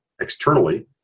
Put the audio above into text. externally